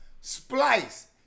splice